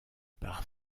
par